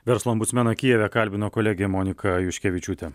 verslo ombudsmeną kijeve kalbino kolegė monika juškevičiūtė